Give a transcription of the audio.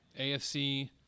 AFC